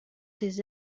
ses